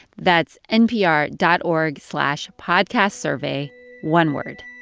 that's npr dot org slash podcastsurvey one word.